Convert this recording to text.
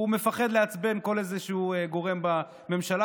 הוא מפחד לעצבן כל איזשהו גורם בממשלה,